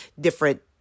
different